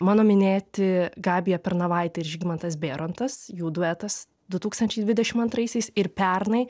mano minėti gabija pernavaitė ir žygimantas bėrontas jų duetas du tūkstančiai dvidešimt antraisiais ir pernai